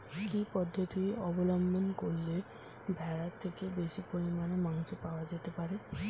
কি পদ্ধতিতে অবলম্বন করলে ভেড়ার থেকে বেশি পরিমাণে মাংস পাওয়া যেতে পারে?